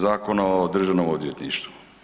Zakona o Državnom odvjetništvu.